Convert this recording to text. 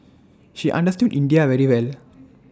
she understood India very well